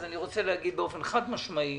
אני רוצה להגיד באופן חד משמעי